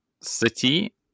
city